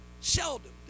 seldom